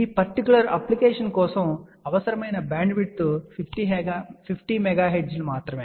ఈ particular application కోసం అవసరమైన బ్యాండ్విడ్త్ 50 MHz మాత్రమే